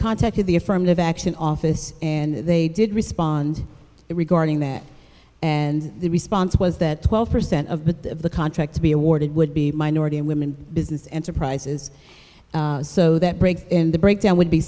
contacted the affirmative action office and they did respond regarding that and the response was that twelve percent of the of the contract to be awarded would be minority and women business enterprises so that break in the breakdown would be